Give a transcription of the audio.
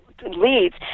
Leads